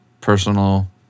personal